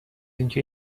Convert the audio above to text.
اینکه